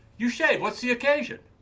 you shaved, what's the occasion?